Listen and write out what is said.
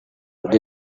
but